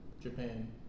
Japan